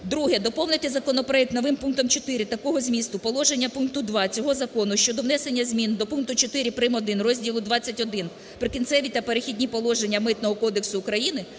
Друге. Доповнити законопроект новим пунктом 4 такого змісту: "Положення пункту 2 цього закону щодо внесення змін до пункту 4 прим. 1 розділу ХХІ "Прикінцеві та перехідні положення" Митного кодексу України